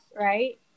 right